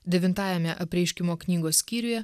devintajame apreiškimo knygos skyriuje